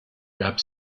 gab